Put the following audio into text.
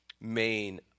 main